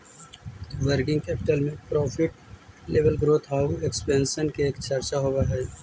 working capital में profit level growth आउ expansion के चर्चा होवऽ हई